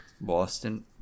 Boston